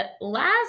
last